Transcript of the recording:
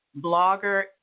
Blogger